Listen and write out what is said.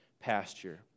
pasture